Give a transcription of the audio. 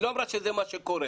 היא לא אמרה שזה מה שקורה,